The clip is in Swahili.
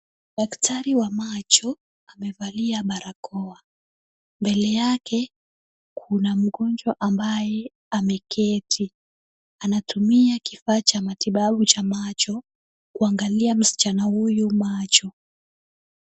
Daktari wa macho amevalia barakoa. Mbele yake kuna mgonjwa ambaye ameketi. Anatumia kifua cha matibabu cha macho kuangalia msichana huyu macho.